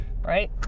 Right